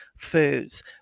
foods